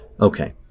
Okay